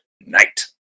night